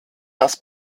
das